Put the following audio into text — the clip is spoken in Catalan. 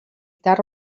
tard